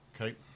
Okay